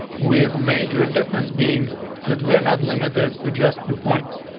with major difference being that were not limited to just two points.